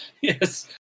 Yes